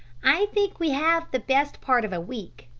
i think we have the best part of a week.